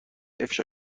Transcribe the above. افشا